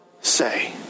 say